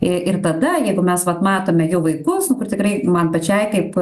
ir tada jeigu mes vat matome jų vaikus kur tikrai man pačiai kaip